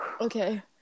okay